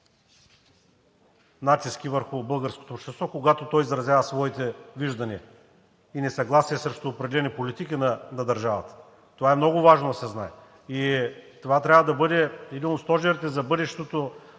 натиски върху българското общество, когато то изразява своите виждания и несъгласия срещу определени политики на държавата, това е много важно да се знае. И това трябва да бъде един от стожерите